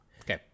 Okay